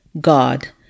god